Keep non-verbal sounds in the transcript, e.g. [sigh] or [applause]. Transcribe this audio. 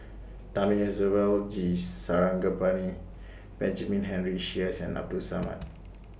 Thamizhavel G Sarangapani Benjamin Henry Sheares and Abdul Samad [noise]